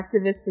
activists